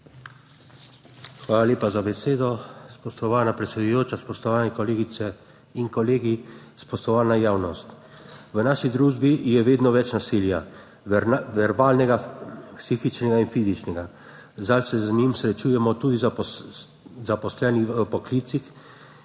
Hvala lepa za besedo. Spoštovana predsedujoča, spoštovane kolegice in kolegi, spoštovana javnost! V naši družbi je vedno več nasilja, verbalnega, psihičnega in fizičnega. Zdaj se z njim srečujemo tudi zaposleni v poklicih,